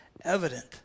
evident